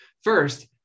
First